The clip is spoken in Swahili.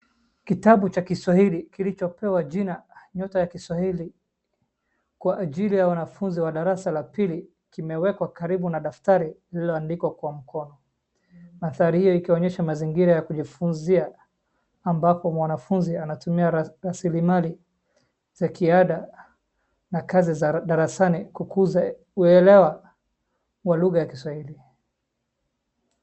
Kitabu cha Kiswahili kilichopewa jina ya Nyota Ya Kiswahili, kwa ajili ya wanafunzi wa darasa la pili, kimewekwa karibu na daftari lililoandikwa kwa mkono. Daftari hiyo ikionyesha mazingira ya kujifunzia ambapo mwanafunzi anatumia rasilimali za kiada na kazi za darasani, kuelewa kwa lugha ya Kiswahili.